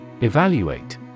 Evaluate